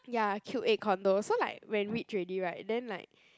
ya Cube Eight condo so like when reach already [right] then like